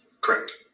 Correct